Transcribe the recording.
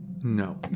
No